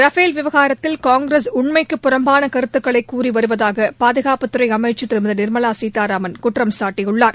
Rafale விவகாரத்தில் காங்கிரஸ் உண்மைக்கு புறம்பான கருத்துகளை கூறிவருவதாக பாதுகாப்பு அமைச்சர் திருமதி நிர்மலா சீதாராமன் குற்றம் சாட்டியுள்ளார்